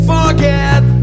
Forget